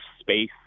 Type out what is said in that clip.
space